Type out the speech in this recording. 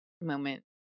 moment